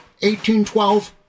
1812